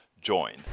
join